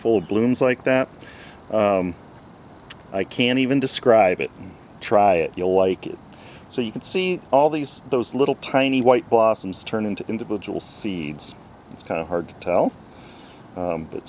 full blooms like that i can't even describe it and try it you'll like it so you can see all these those little tiny white blossoms turn into individual seeds it's kind of hard to tell